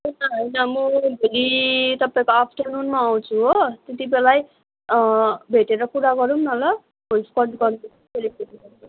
हुन्छ होइन म भोलि तपाईँको आफ्टरनुनमा आउँछु हो त्यतिबेलै भेटेर कुरा गरौँ न ल वुल्फ कट गर्नु